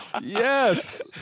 Yes